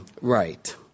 right